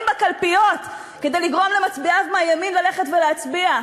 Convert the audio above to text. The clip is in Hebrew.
לקלפיות כדי לגרום למצביעיו מהימין ללכת ולהצביע.